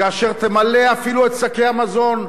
כאשר תמלא אפילו את שקי המזון,